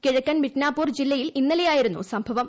കിഴക്കൻ മിഡ്നാപൂർ ജില്ലയിൽ ഇന്നലെയായിരുന്നു സംഭവം